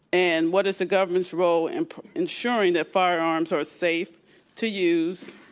and what is the government's role in ensuring that firearms are safe to use,